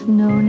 no